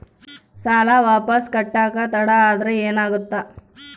ಸಾಲ ವಾಪಸ್ ಕಟ್ಟಕ ತಡ ಆದ್ರ ಏನಾಗುತ್ತ?